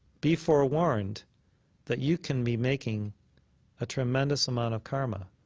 be forewarned that you can be making a tremendous amount of karma.